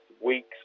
weeks